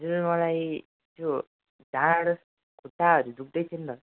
हजुर मलाई त्यो ढाड खुट्टाहरू दुख्दैथियो नि त